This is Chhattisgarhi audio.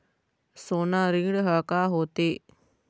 सोना ऋण हा का होते?